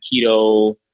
keto